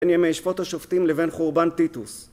בין ימי שפוט השופטים לבין חורבן טיטוס.